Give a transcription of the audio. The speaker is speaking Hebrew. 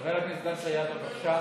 חבר הכנסת דן סידה, בבקשה.